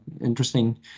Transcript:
interesting